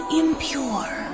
impure